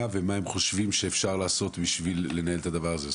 ומה הם חושבים שאפשר לעשות כדי לנהל את הדבר הזה.